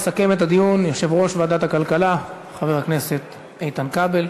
יסכם את הדיון יושב-ראש ועדת הכלכלה חבר הכנסת איתן כבל.